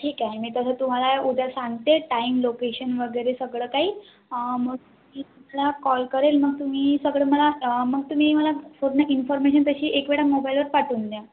ठीक आहे मी तसं तुम्हाला उद्या सांगते टाईम लोकेशन वगैरे सगळं काही मग तुम्हाला कॉल करेल मग तुम्ही सगळं मला मग तुम्ही मला पूर्ण इन्फॉर्मेशन तशी एक वेळा मोबाईलवर पाठवून द्या